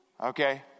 Okay